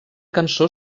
cançó